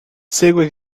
segue